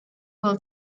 will